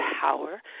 power